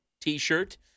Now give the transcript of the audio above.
T-shirt